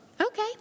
okay